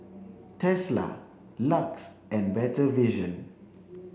Tesla LUX and Better Vision